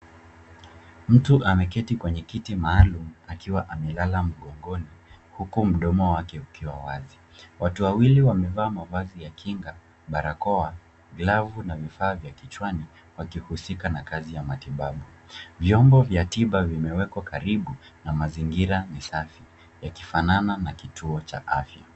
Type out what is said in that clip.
Mtu ameketi kwenye kiti maalum akiwa amelala mgongoni huku mdomo wake ukiwa wazi. Watu wawili wamevaa mavazi ya kinga, barakoa, glavu na vifaa vya kichwani wakihusika na kazi ya matibabu. Vyombo vya tiba vimewekwa karibu na mazingira ni safi yakifanana na kituo cha afya.